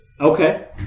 Okay